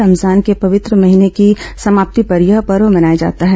रमजान के पवित्र महीने की समाप्ति पर यह पर्व मनाया जाता है